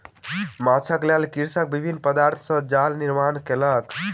माँछक लेल कृषक विभिन्न पदार्थ सॅ जाल निर्माण कयलक